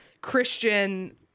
christian